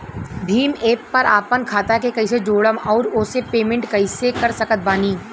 Bhim app पर आपन खाता के कईसे जोड़म आउर ओसे पेमेंट कईसे कर सकत बानी?